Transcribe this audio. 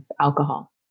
alcohol